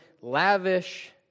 lavish